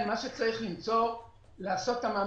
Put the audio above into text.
יש לנו בכלל בעיה עם השקעות במשק,